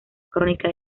crónica